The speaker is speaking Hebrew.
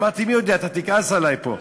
אמרתי: מי יודע, אתה תכעס עלי פה.